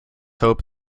hope